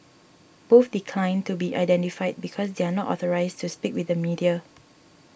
both declined to be identified because they are not authorised to speak with the media